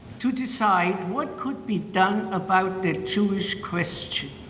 to decide what could be done about the jewish question.